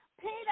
Peter